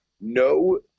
No